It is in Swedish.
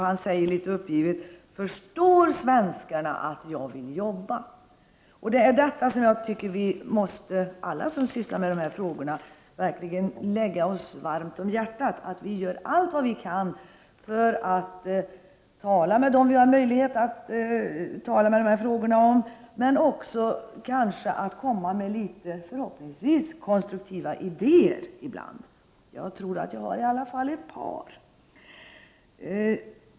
Han säger litet uppgivet: ”Förstår svenskarna att jag vill jobba?” Jag tycker att vi alla som sysslar med de här frågorna verkligen måste göra allt vad vi kan för att tala med dem vi har möjlighet att tala med om de här frågorna, och kanske också komma med några — förhoppningsvis — konstruktiva idéer ibland. Jag tror att jag i alla fall har ett par.